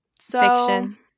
fiction